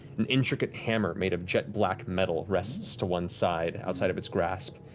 an intricate hammer made of jet black metal rests to one side outside of its grasp,